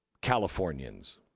Californians